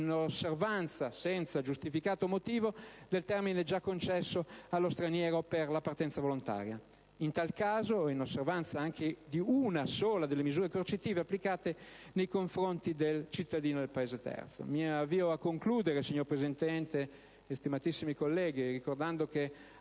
inosservanza - senza giustificato motivo - del termine già concesso allo straniero per la partenza volontaria o inosservanza anche di una sola delle misure coercitive applicate nei confronti del cittadino di Paese terzo. Concludo, signor Presidente e stimatissimi colleghi, ricordando che